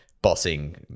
Bossing